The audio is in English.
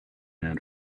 man